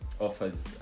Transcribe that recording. offers